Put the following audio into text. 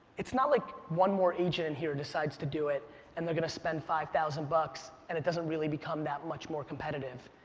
it's not like one more agent in here decides to do it and they're gonna spend five thousand bucks and it doesn't really become that much more competitive.